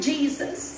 Jesus